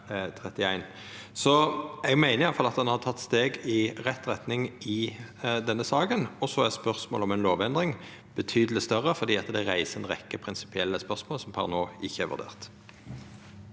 Eg meiner i alle fall at ein har teke steg i rett retning i denne saka. Spørsmålet om ei lovendring er betydeleg større, for det reiser ei rekkje prinsipielle spørsmål som per no ikkje er vurderte.